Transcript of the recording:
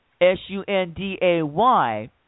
S-U-N-D-A-Y